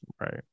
Right